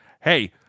Hey